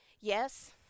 Yes